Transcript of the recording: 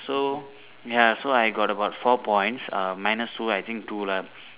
so ya so I got about four points uh minus two I think two lah